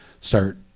start